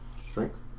Strength